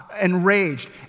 enraged